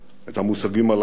את המושגים הללו,